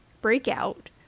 Breakout